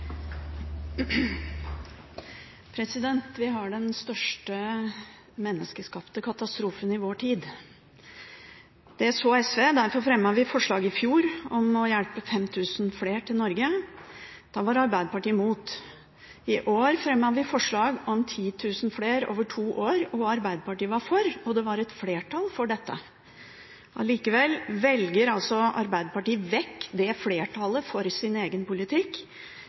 SV, derfor fremmet vi forslag i fjor om å hjelpe 5 000 flere til Norge. Da var Arbeiderpartiet imot. I år fremmet vi forslag om 10 000 flere over to år. Arbeiderpartiet var for, og det var et flertall for dette. Likevel velger altså Arbeiderpartiet vekk det flertallet for sin egen politikk,